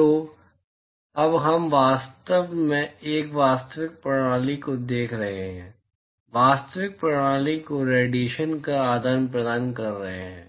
तो अब हम वास्तव में एक वास्तविक प्रणाली को देख रहे हैं वास्तविक प्रणाली को रेडिएशन का आदान प्रदान कर रहे हैं